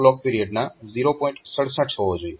67 હોવો જોઈએ